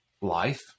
life